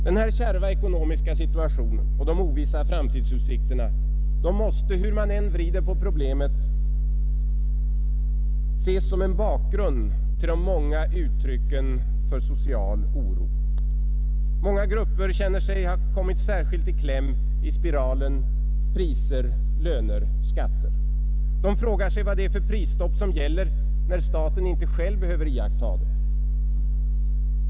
Denna kärva ekonomiska situation och de ovissa framtidsutsikterna måste, hur man än vrider på problemet, ses som en bakgrund till de många uttrycken för social oro. Många grupper känner sig ha kommit särskilt i kläm i spiralen priser-löner-skatter. De frågar sig vad för slags prisstopp som gäller när staten inte själv behöver iaktta det.